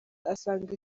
asanga